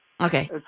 Okay